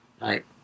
Right